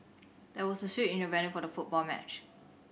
there was a switch in the venue for the football match